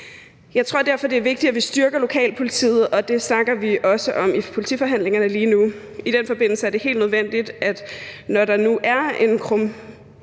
Jeg tror derfor, det er vigtigt, at vi styrker lokalpolitiet, og det snakker vi også om i politiforhandlingerne lige nu. I den forbindelse er det helt nødvendigt, når det nu er en af